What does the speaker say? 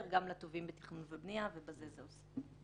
גם לתובעים בתכנון ובנייה ובזה זה עוסק.